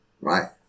right